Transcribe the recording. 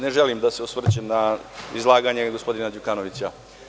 Ne želim da se osvrćem na izlaganje gospodina Đukanovića.